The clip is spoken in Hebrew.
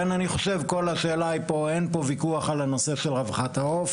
אני חושב שאין ויכוח על רווחת העוף.